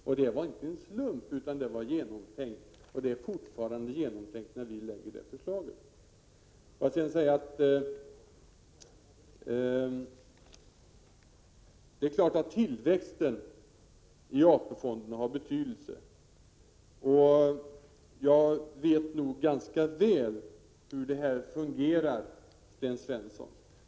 Det gjorde han inte av en slump, utan det var genomtänkt. Och även det förslag som vi nu lägger fram är genomtänkt. Det är klart att tillväxten av AP-fonderna har betydelse. Jag känner ganska väl till hur detta fungerar, Sten Svensson.